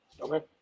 Okay